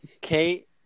Kate